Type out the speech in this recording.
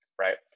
right